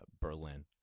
Berlin